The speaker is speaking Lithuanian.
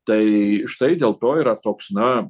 tai štai dėl to yra toks na